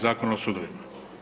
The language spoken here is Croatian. Zakona o sudovima.